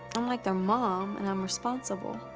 i'm like their mom and i'm responsible.